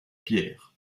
pierre